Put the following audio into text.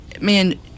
man